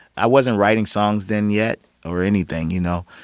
i wasn't writing songs then yet or anything, you know?